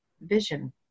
vision